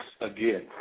again